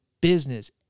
business